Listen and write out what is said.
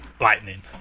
lightning